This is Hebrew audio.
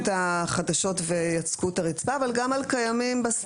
החדשות ויצקו את הרצפה אבל גם על קיימים.